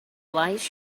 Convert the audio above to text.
lies